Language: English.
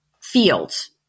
fields